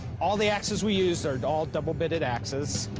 all the axes we use are all double-bladed axes.